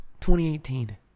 2018